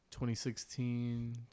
2016